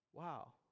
wow